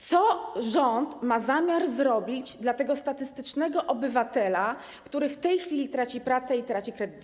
Co rząd ma zamiar zrobić dla tego statystycznego obywatela, który w tej chwili traci pracę i traci kredyt?